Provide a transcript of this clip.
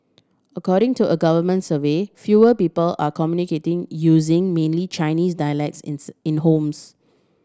according to a government survey fewer people are communicating using mainly Chinese dialects in homes